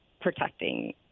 protecting